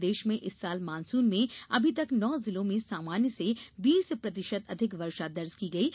प्रदेश में इस साल मॉनसून में अभी तक नौ जिलों में सामान्य से बीस प्रतिशत अधिक वर्षा दर्ज की गई है